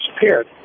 disappeared